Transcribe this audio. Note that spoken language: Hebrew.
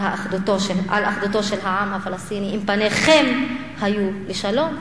אחדותו של העם הפלסטיני אם פניכם היו לשלום.